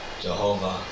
Jehovah